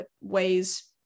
ways